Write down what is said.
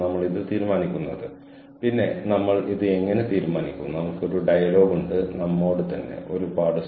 NPTEL പ്രോഗ്രാമിനെക്കുറിച്ച് അതിൽ enrol ചെയ്ത എന്റെ ചില സഹപ്രവർത്തകർ മുഖേന ഞാനും അറിഞ്ഞു